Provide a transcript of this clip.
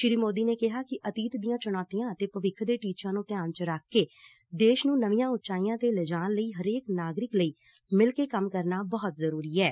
ਸ੍ਸੀ ਮੋਦੀ ਨੇ ਕਿਹਾ ਕਿ ਅਤੀਤ ਦੀਆਂ ਚੁਣੌਤੀਆਂ ਅਤੇ ਭਵਿੱਖ ਦੇ ਟੀਚਿਆਂ ਨੂੰ ਧਿਆਨ ਚ ਰੱਖਕੇ ਦੇਸ਼ ਨੂੰ ਨਵੀਆਂ ਉਚਾਈਆਂ ਤੇ ਲਿਜਾਣ ਲਈ ਹਰੇਕ ਨਾਗਰਿਕ ਲਈ ਮਿਲਕੇ ਕੰਮ ਕਰਨਾ ਬਹੁਤ ਜ਼ਰੂਰੀ ਐ